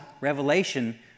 revelation